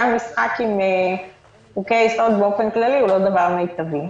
גם משחק עם חוקי-יסוד באופן כללי הוא לא דבר מיטבי.